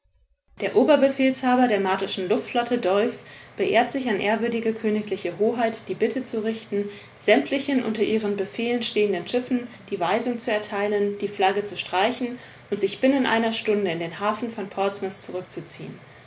der oberbefehlshaber der martischen luftflotte dolf beehrt sich an ew kgl hoheit die bitte zu richten sämtlichen unter ihren befehlen stehenden schiffen die weisung zu erteilen die flagge zu streichen und sich binnen einer stunde in den hafen von portsmouth zurückzuziehen